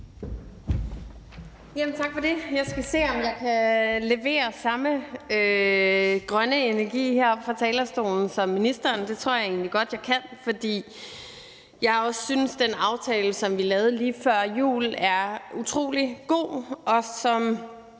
Tak for det. Jeg skal se, om jeg kan levere samme grønne energi heroppe fra talerstolen som ministeren. Det tror jeg egentlig godt jeg kan, fordi jeg jo synes, at den aftale, som vi lavede lige før jul, er utrolig god